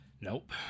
Nope